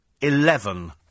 eleven